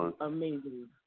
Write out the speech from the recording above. amazing